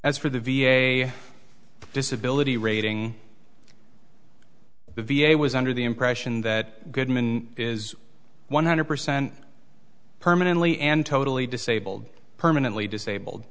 as for the v a disability rating the v a was under the impression that goodman is one hundred percent permanently and totally disabled permanently disabled